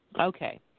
Okay